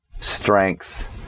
strengths